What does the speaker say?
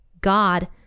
God